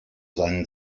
seinen